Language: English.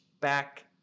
back